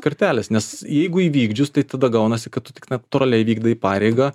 kartelės nes jeigu įvykdžius tai tada gaunasi kad tu tik natūraliai vykdai pareigą